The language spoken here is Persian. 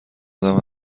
ادم